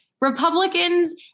Republicans